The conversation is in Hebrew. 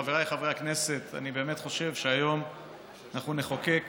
חבריי חברי הכנסת, אני חושב שהיום אנחנו נחוקק